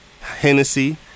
Hennessy